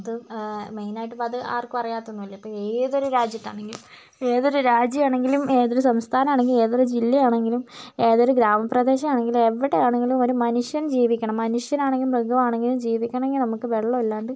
അത് ആ മെയിനായിട്ട് അത് ആർക്കുമറിയാത്തതോന്നുമല്ല ഇപ്പോൾ ഏതൊരു രാജ്യത്താണെങ്കിലും ഏതൊരു രാജ്യമാണെങ്കിലും ഏതൊരു സംസ്ഥാനണെങ്കിലും ഏതൊരു ജില്ലയാണെങ്കിലും ഏതൊരു ഗ്രാമപ്രദേശമാണെങ്കിലും എവിടേ ആണെങ്കിലും ഒരു മനുഷ്യൻ ജീവിക്കണം മനുഷ്യനാണെങ്കിലും മൃഗമാണെങ്കിലും ജീവിക്കണമെങ്കിൽ നമുക്ക് വെള്ളം ഇല്ലാണ്ട്